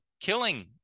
killing